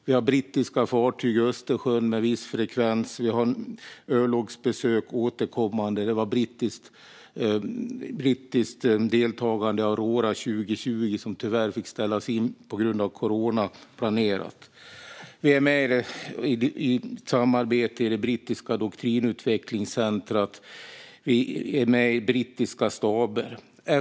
Vi har brittiska fartyg i Östersjön med viss frekvens, och vi har återkommande örlogsbesök. Det fanns ett brittiskt deltagande i det planerade Aurora 20, som tyvärr fick ställas in på grund av corona. Vi är med i ett samarbete vid det brittiska doktrinutvecklingscentrumet. Vi är med i brittiska staber.